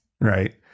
right